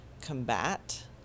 combat